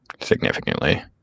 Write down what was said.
Significantly